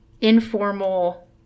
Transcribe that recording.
informal